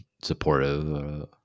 supportive